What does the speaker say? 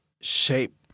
shape